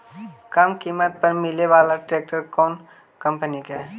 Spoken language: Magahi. कम किमत पर मिले बाला ट्रैक्टर कौन कंपनी के है?